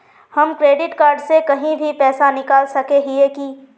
हम credit card से कहीं भी पैसा निकल सके हिये की?